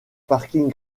parking